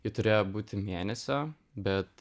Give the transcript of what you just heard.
ji turėjo būti mėnesio bet